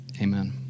Amen